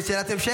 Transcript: יש שאלת המשך?